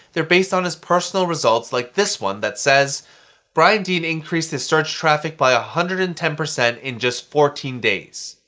they're based on his personal results like this one that says brian dean increased his search traffic by one ah hundred and ten percent in just fourteen days.